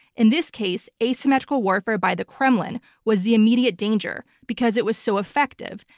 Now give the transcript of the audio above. in this case, asymmetrical warfare by the kremlin was the immediate danger because it was so effective,